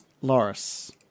Loris